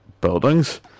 buildings